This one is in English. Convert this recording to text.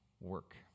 work